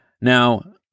Now